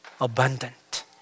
abundant